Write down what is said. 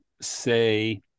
say